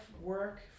work